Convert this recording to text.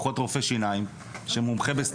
זה יכול להיות גם רופא שיניים שמומחה בסתימות